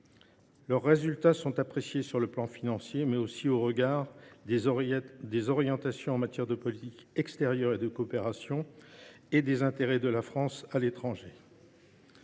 Les résultats sont évalués du point de vue financier, mais aussi au regard des orientations de la France en matière de politique extérieure et de coopération et des intérêts de la France à l’étranger.